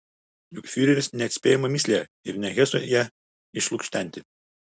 juk fiureris neatspėjama mįslė ir ne hesui ją išlukštenti